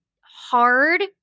hard